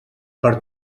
per